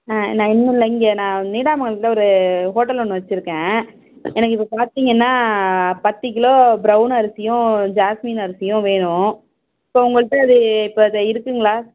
ஆ ஒன்றும் இல்லை இங்கே நான் நீடாமங்கலத்தில் ஒரு ஹோட்டல் ஒன்று வச்சுருக்கேன் எனக்கு இப்போ பார்த்திங்கன்னா பத்து கிலோ ப்ரௌன் அரிசியும் ஜாஸ்மின் அரிசியும் வேணும் இப்போது உங்கள்ட்ட அது இப்போ அது இருக்குதுங்ளா